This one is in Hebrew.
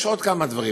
יש עוד כמה דברים.